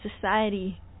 Society